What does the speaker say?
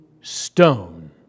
stone